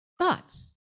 Thoughts